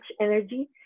energy